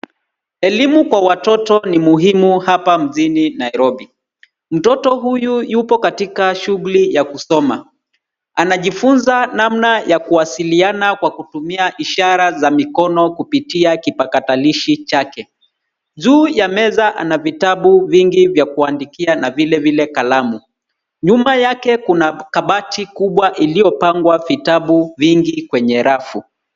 Elimu kwa watoto ni muhimu hapa mjini Nairobi. Mtoto huyu yupo katika shughuli ya kusoma. Anajifunza namna ya kuwasiliana kwa kutumia ishara za mikono kupitia kipakatalishi chake. Juu ya meza ana vitabu vingi vya kuandikia na vile vile kalamu. Nyuma yake kuna kabati kubwa iliyopangwa vitabu vingi kwenye rafu.